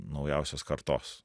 naujausios kartos